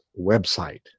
website